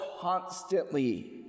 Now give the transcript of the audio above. constantly